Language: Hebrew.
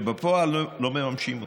שבפועל לא מממשים אותו.